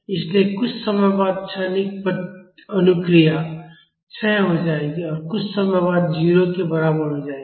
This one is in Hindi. इसलिए कुछ समय बाद क्षणिक अनुक्रिया क्षय हो जाएगी और कुछ समय बाद 0 के बराबर हो जाएगी